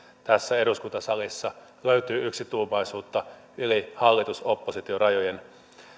tässä eduskuntasalissa löytyy yksituumaisuutta yli hallitus oppositio rajojen